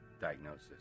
diagnosis